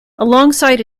alongside